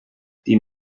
die